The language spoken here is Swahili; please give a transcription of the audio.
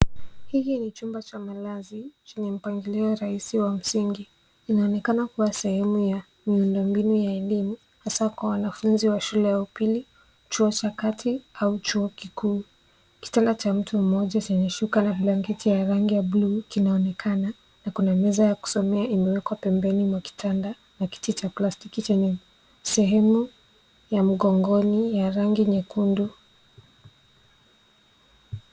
Hiki ni chumba cha malazi chenye msingi. Inaonekana kuwa sehemu ya miundombinu ya elimu hasa kwa waanfunzi ya shule ya upili, chuo cha kati au chuo kikuu. Kitanda cha mtu mmoja chenye shuka na blanketi ya rangi ya blue kinaonekana na kuna meza ya kusomea imewekwa pembeni mwa kitanda na kiti cha plastiki chenye sehemu ya mgogoni ya rangi nyekundu.